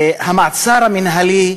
המעצר המינהלי,